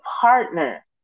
partner